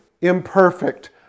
imperfect